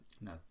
No